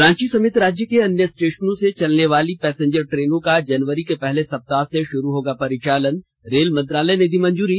रांची समेत राज्य के अन्य स्टेशनों से चलनेवाली पैसेंजर ट्रेनों का जनवरी के पहले सप्ताह से शुरू होगा परिचालन रेल मंत्रालय ने दी मंजूरी